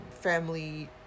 family